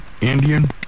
Indian